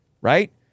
right